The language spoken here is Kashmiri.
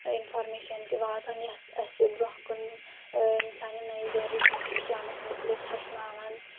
انفارمیشن تہِ واتان یۄس اسہِ برونٛہہ کُن اۭں سانہِ نیہِ جنریشنہِ چھِ اسلامس متعلِق ہیٚچھناوان